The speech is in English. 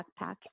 backpack